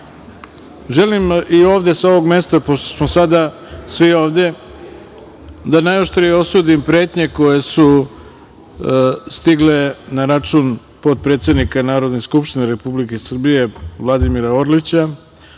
Želim i ovde sa ovog mesta, pošto smo sada svi ovde, da najoštrije osudim pretnje koje su stigle na račun potpredsednika Narodne skupštine Republike Srbije Vladimira Orlića,